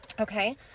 Okay